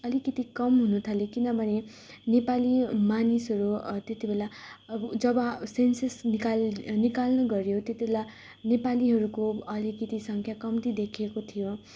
अलिकति कम हुनु थाल्यो किनभने नेपाली मानिसहरू त्यति बेला अब जब सेन्सस निकाल निकाल्नु गऱ्यो त्यति बेला नेपालीहरूको अलिकति सङ्ख्या कम्ती देखिएको थियो